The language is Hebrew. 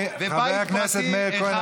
חבר הכנסת מאיר כהן,